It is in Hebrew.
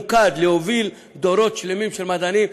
משהו ממוקד, להוביל דורות שלמים של מדענים.